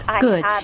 Good